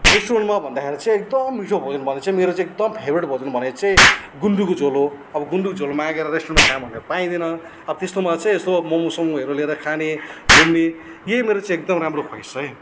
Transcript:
रेस्टुरेन्टमा भन्दखेरि चाहिँ एकदम मिठो भोजन भने चाहिँ मेरो एकदम फेबरेट भोजन भने चाहिँ गुन्द्रुकको झोल हो अब गुन्द्रुकको झोल मागेर रेस्टुरेन्टमा खाउँ भन्दा पाइँदैन अब त्यस्तोमा चाहिँ यसो मोमो सोमोहरू लिएर खाने घुम्ने यही मेरो चाहिँ एकदम राम्रो ख्वाइस छ है